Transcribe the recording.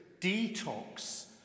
detox